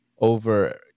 over